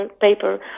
paper